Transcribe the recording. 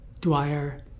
Dwyer